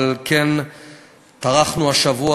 אבל כן טרחנו השבוע,